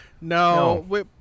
No